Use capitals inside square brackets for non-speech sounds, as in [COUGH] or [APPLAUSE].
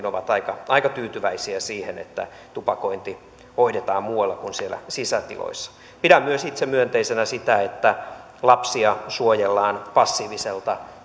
[UNINTELLIGIBLE] ovat aika aika tyytyväisiä siihen että tupakointi hoidetaan muualla kuin siellä sisätiloissa pidän myös itse myönteisenä sitä että lapsia suojellaan passiiviselta [UNINTELLIGIBLE]